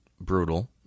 brutal